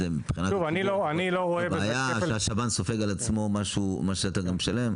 זו בעיה שהשב"ן סופג על עצמו מה שאתה גם משלם?